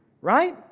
right